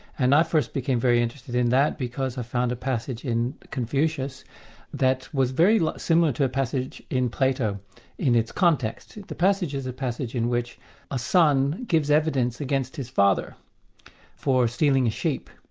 and i first became very interested in that because i found a passage in confucius that was very similar to a passage in plato in its context. the passage is a passage in which a son gives evidence against his father for stealing a sheep.